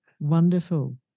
Wonderful